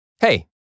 Hey